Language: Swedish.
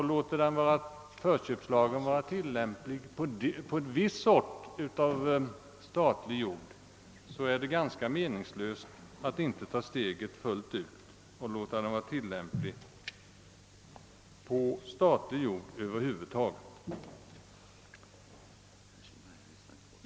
Låter man då förköpslagen vara tillämplig på en viss sort av statlig jord, är det ganska meningslöst att inte ta steget fullt ut och låta den vara tillämplig på statlig jord över huvud taget.